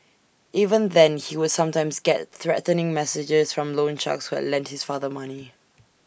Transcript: even then he would sometimes get threatening messages from loan sharks who had lent his father money